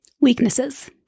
Weaknesses